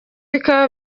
bikaba